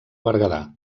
berguedà